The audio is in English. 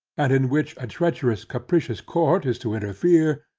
and in which, a treacherous capricious court is to interfere,